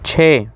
چھ